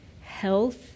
health